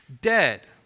dead